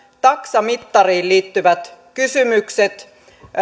taksamittariin liittyvät kysymykset